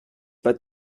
pas